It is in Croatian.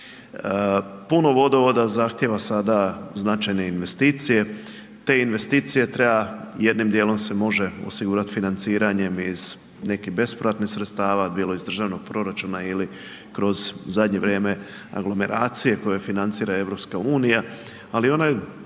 Puno vodovoda zahtijeva sada značajne investicije, te investicije treba jednim dijelom se može osigurati financiranjem iz nekih bespovratnih sredstava, bilo iz državnog proračuna ili kroz, u zadnje vrijeme kroz aglomeracije koje financira EU, ali onaj